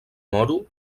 moro